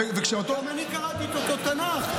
גם אני קראתי את אותו תנ"ך,